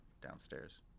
downstairs